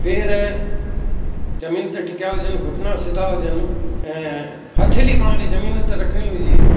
पैर ज़मीन ते टिकिया हुजनि घुटना सिधा हुजन ऐं हथेली पाण खे ज़मीन ते रखणी हुजे